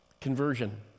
conversion